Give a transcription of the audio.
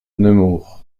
nemours